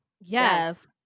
Yes